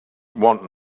want